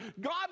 God